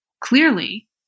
clearly